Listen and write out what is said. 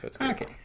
Okay